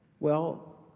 well,